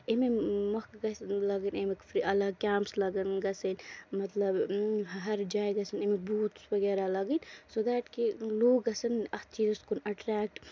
اَمہِ مۄکھ گژھِ لَگٕنۍ اَمیُک اَلگ کیمپٔس لگن گژھٕنۍ مطلب ہر جایہِ گژھن اَمیِک بوٗتھس وغیرہ لَگٔنۍ سو دیٹ کہِ لوٗکھ گژھن اَتھ چیٖزَس کُن اٹریکٹ